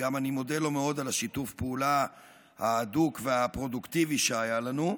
ואני גם מודה לו מאוד על שיתוף הפעולה ההדוק והפרודוקטיבי שהיה לנו,